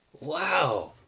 Wow